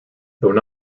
though